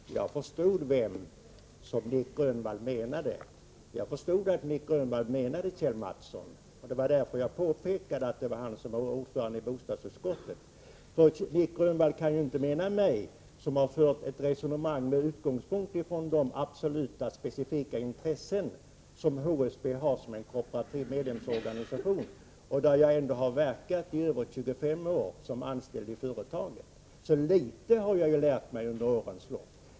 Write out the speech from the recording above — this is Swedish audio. Fru talman! Jag förstod vem Nic Grönvall menade. Jag förstod att Nic Grönvall menade Kjell Mattsson. Det var därför jag påpekade att han är ordförande i bostadsutskottet. Nic Grönvall kan inte mena mig. Jag har ju fört ett resonemang med utgångspunkt i de absoluta specifika intressen som HSB har som kooperativ medlemsorganisation. Jag har ändå verkat i över 25 år som anställd i företaget, så litet har jag ju lärt mig under årens lopp.